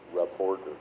reporter